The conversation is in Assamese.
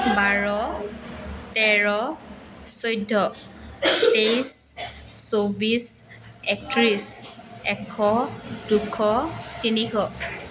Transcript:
বাৰ তেৰ চৈধ্য তেইছ চৌব্বিছ একত্ৰিছ এশ দুশ তিনিশ